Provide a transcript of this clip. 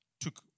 took